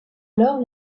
alors